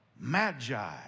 Magi